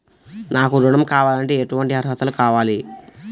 నాకు ఋణం కావాలంటే ఏటువంటి అర్హతలు కావాలి?